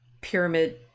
pyramid